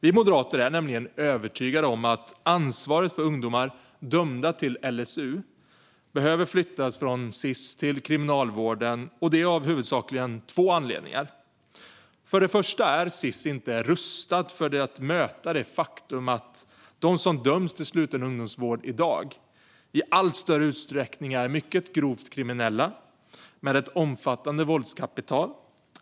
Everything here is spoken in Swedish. Vi moderater är övertygade om att ansvaret för ungdomar dömda enligt LSU behöver flyttas från Sis till Kriminalvården och det av huvudsakligen två anledningar. För det första är Sis inte rustad att möta det faktum att de som döms till sluten ungdomsvård i dag i allt större utsträckning är mycket grovt kriminella med ett omfattande våldskapital.